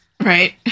Right